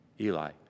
Eli